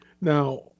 Now